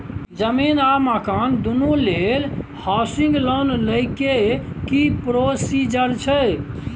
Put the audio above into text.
जमीन आ मकान दुनू लेल हॉउसिंग लोन लै के की प्रोसीजर छै?